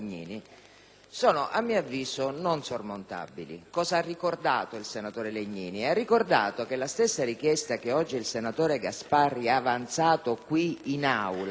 sono a mio avviso non sormontabili. Il senatore Legnini ha ricordato che la stessa richiesta che oggi il senatore Gasparri ha avanzato qui in Aula